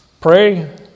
Pray